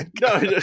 No